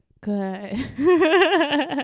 good